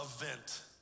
event